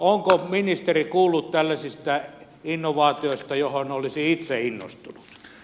onko ministeri kuullut tällaisista innovaatioista joihin olisi itse innostunut